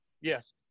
Yes